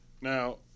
Now